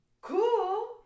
cool